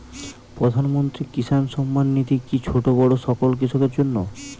প্রধানমন্ত্রী কিষান সম্মান নিধি কি ছোটো বড়ো সকল কৃষকের জন্য?